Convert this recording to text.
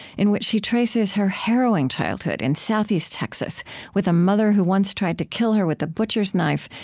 in which she traces her harrowing childhood in southeast texas with a mother who once tried to kill her with a butcher's knife,